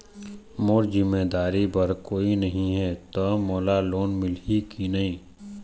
मोर जिम्मेदारी बर कोई नहीं हे त मोला लोन मिलही की नहीं?